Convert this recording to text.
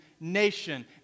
nation